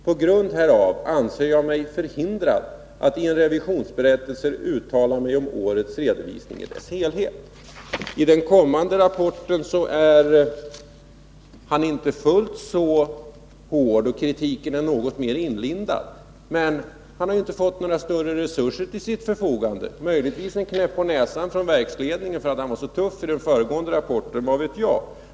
På grund härav anser jag mig förhindrad att i en revisionsberättelse uttala mig om årets redovisning i dess helhet.” I den kommande rapporten är han inte fullt så hård, och kritiken är något mer inlindad. Men han har ju inte fått några större resurser till sitt förfogande, möjligtvis en knäpp på näsan från verksledningen för att han var så tuff i den föregående rapporten, vad vet jag.